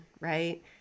right